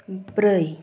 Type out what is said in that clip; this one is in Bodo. ब्रै